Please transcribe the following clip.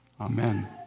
Amen